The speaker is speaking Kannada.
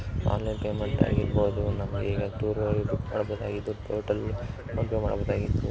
ಆನ್ಲೈನ್ ಪೇಮೆಂಟ್ ಆಗಿರ್ಬೌದು ನಮ್ಗೆ ಈಗ ಟೂರ್ ಇದು ಟೋಟಲ್ ಫೋನ್ಪೇ ಮಾಡ್ಬೌದಾಗಿತ್ತು